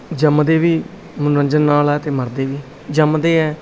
ਜੰਮਦੇ ਵੀ ਮਨੋਰੰਜਨ ਨਾਲ ਹੈ ਅਤੇ ਮਰਦੇ ਵੀ ਜੰਮਦੇ ਹੈ